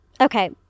okay